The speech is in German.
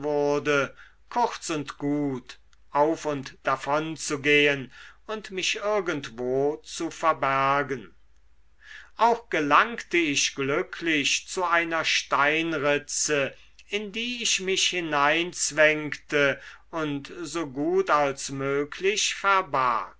kurz und gut auf und davon zu gehen und mich irgendwo zu verbergen auch gelangte ich glücklich zu einer steinritze in die ich mich hineinzwängte und so gut als möglich